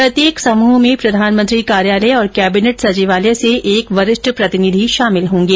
प्रत्येक ग्रृप में प्रधानमंत्री कार्यालय और केंबिनेट सचिवालय से एक वरिष्ठ प्रतिनिधि शामिल होंगे